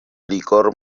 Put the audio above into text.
licor